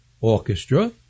Orchestra